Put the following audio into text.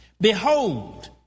Behold